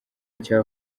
cya